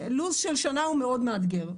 לו"ז של שנה הוא מאוד מאתגר.